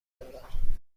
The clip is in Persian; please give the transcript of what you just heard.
دارم